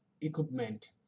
equipment